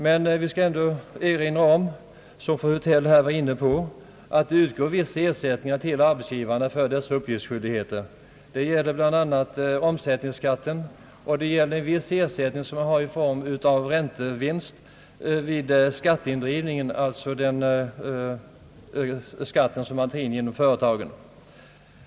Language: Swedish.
Jag vill dock erinra om, vilket fru Hultell var inne på, att viss ersättning utgår till arbetsgivarna bl.a. för deras uppgiftskyldigheter. Det gäller bl.a. omsättningsskatten och viss ersättning i form av räntevinster vid skatteindrivningen, alltså för den skatt som tas in genom företagen.